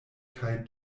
kaj